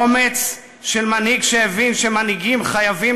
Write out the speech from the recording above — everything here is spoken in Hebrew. אומץ של מנהיג שהבין שמנהיגים חייבים